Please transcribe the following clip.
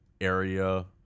area